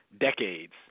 decades